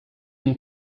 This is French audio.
une